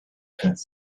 and